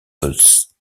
pulse